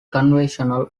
conventional